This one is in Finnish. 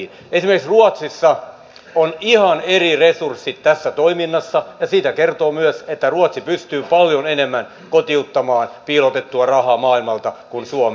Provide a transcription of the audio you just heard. esimerkiksi ruotsissa on ihan eri resurssit tässä toiminnassa ja siitä kertoo myös se että ruotsi pystyy paljon enemmän kotiuttamaan piilotettua rahaa maailmalta kuin suomi